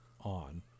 on